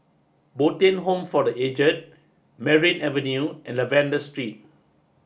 Bo Tien home for the Aged Merryn Avenue and Lavender Street